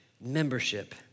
membership